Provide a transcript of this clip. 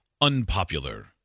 unpopular